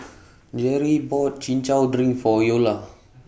Jerrie bought Chin Chow Drink For Eola